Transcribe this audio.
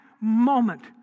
moment